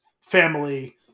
family